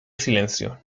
silencio